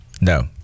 No